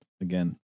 again